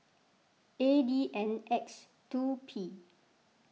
A D N X two P